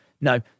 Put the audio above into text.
No